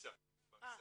נמצא כאן